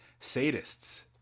sadists